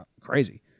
crazy